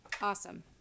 Awesome